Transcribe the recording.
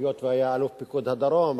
היות שהיה אלוף פיקוד הדרום,